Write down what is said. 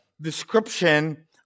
description